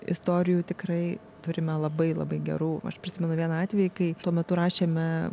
istorijų tikrai turime labai labai gerų aš prisimenu vieną atvejį kai tuo metu rašėme